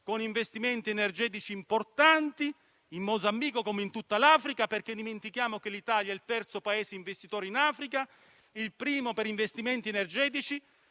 con investimenti energetici importanti, come in tutta l'Africa. Dimentichiamo che l'Italia è il terzo Paese investitore in Africa, il primo per investimenti energetici,